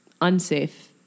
unsafe